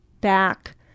back